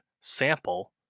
sample